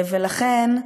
ולכן,